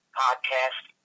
podcast